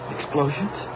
Explosions